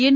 N